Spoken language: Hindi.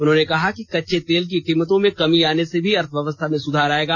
उन्होंने कहा कि कच्चे तेल की कीमतों में कमी आने से भी अर्थव्यवस्था में सुधार आयेगा